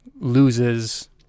loses